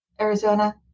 Arizona